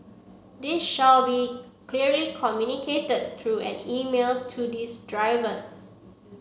this shall be clearly communicated through an email to these drivers